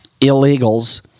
illegals